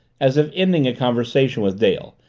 as if ending a conversation with dale,